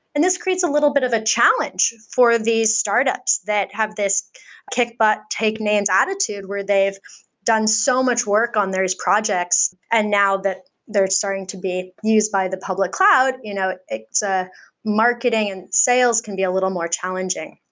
and this creates a little bit of a challenge for these startups that have this kick butt, take names attitude, where they've done so much work on their projects. and now that they're starting to be used by the public cloud, you know ah marketing and sales can be a little more challenging.